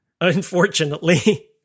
Unfortunately